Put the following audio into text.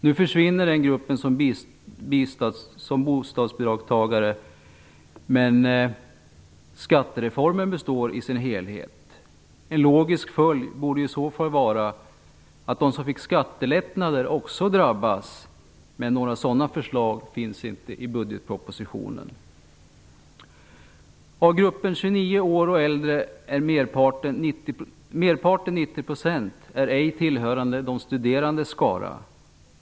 Nu försvinner den gruppen som bostadsbidragstagare, men skattereformen består i sin helhet. En logisk följd borde vara att de som fick skattelättnader också drabbas. Några sådana förslag finns inte i budgetpropositionen. I gruppen 29 år och äldre är merparten, 90 %, ej tillhörande de studerandes skara.